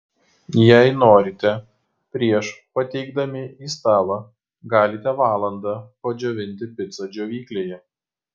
jei norite prieš pateikdami į stalą galite valandą padžiovinti picą džiovyklėje